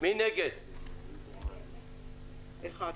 מי בעד